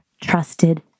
trusted